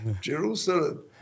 Jerusalem